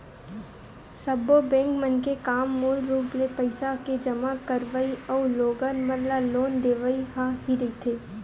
सब्बो बेंक मन के काम मूल रुप ले पइसा के जमा करवई अउ लोगन मन ल लोन देवई ह ही रहिथे